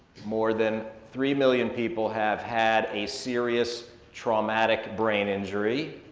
more than three million people have had a serious traumatic brain injury,